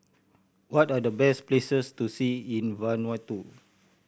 what are the best places to see in Vanuatu